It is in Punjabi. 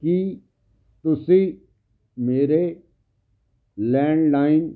ਕੀ ਤੁਸੀਂ ਮੇਰੇ ਲੈਂਡਲਾਈਨ